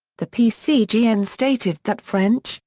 the pcgn and stated that french,